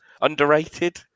underrated